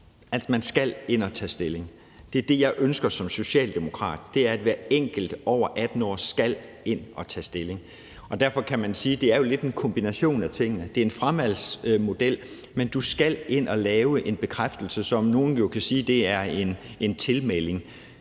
skal ind og tage stilling. Det, jeg ønsker som socialdemokrat, er, at hver enkelt over 18 år skal ind og tage stilling. Derfor kan man sige, at det jo lidt er en kombination af tingene: Det er en fravalgsmodel, men du skal ind og lave en bekræftelse, som nogle jo kan sige er en tilmelding.